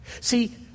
See